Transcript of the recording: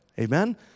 Amen